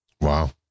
Wow